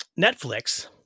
Netflix